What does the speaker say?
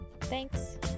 Thanks